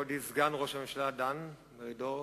מכובדי סגן ראש הממשלה דן מרידור,